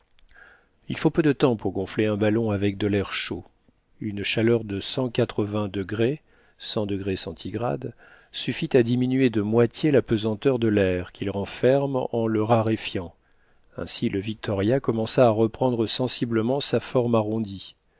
il faut peu de temps pour gonfler un ballon avec de l'air chaud une chaleur de cent quatre-vingts degrés suffit à diminuer de moitié la pesanteur de l'air qu'il renferme en le raréfiant aussi le victoria commença à reprendre sensiblement